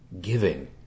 giving